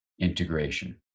integration